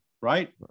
right